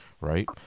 right